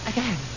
Again